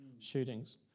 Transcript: shootings